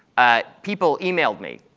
people emailed me,